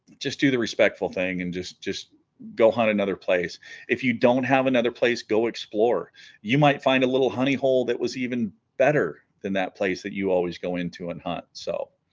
just do the respectful thing and just just go on another place if you don't have another place go explore you might find a little honey hole that was even better than that place that you always go into and hunt so